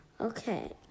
Okay